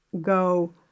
go